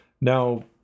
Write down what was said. now